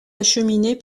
acheminée